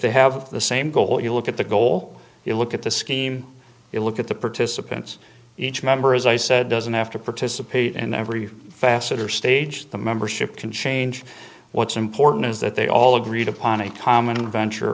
they have the same goal you look at the goal you look at the scheme you look at the participants each member as i said doesn't have to participate in every facet or stage the membership can change what's important is that they all agreed upon a common adventure